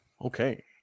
Okay